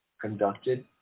conducted